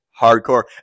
hardcore